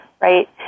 right